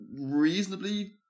reasonably